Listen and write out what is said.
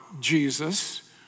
Jesus